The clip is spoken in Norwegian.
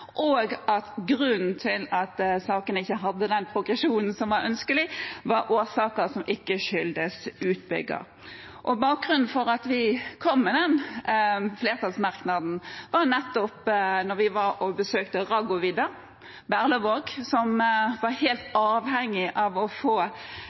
og der grunnen til at sakene ikke hadde den progresjonen som var ønskelig, var årsaker som ikke skyldtes utbygger. Bakgrunnen for at vi kom med den flertallsmerknaden, var da vi var og besøkte Raggovidda i Berlevåg, som var helt